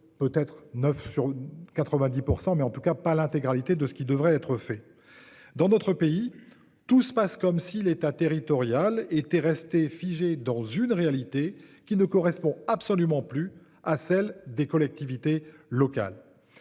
peut-être neuf sur 90% mais en tout cas pas l'intégralité de ce qui devrait être fait. Dans d'autres pays. Tout se passe comme si l'État territorial était resté figé dans une réalité qui ne correspond absolument plus à celle des collectivités locales.